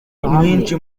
nyinshi